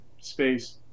space